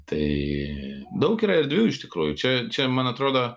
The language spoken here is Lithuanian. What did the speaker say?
tai daug yra erdvių iš tikrųjų čia čia man atrodo